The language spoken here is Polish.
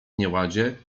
nieładzie